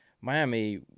Miami